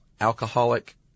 alcoholic